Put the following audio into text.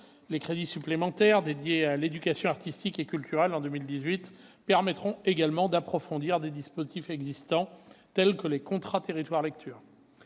Les crédits supplémentaires dédiés en 2018 à l'éducation artistique et culturelle permettront également d'approfondir des dispositifs existants, tels que les contrats territoire lecture.